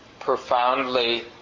profoundly